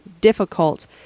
difficult